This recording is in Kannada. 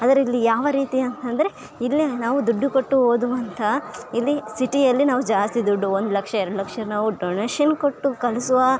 ಅದರಲ್ಲಿ ಯಾವ ರೀತಿಯ ಅಂತಂದರೆ ಇಲ್ಲಿ ನಾವು ದುಡ್ಡು ಕೊಟ್ಟು ಓದುವಂಥ ಇಲ್ಲಿ ಸಿಟಿಯಲ್ಲಿ ನಾವು ಜಾಸ್ತಿ ದುಡ್ಡು ಒಂದು ಲಕ್ಷ ಎರಡು ಲಕ್ಷ ನಾವು ಡೊನೇಶನ್ ಕೊಟ್ಟು ಕಲಿಸುವ